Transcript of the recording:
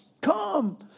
Come